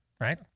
right